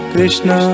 Krishna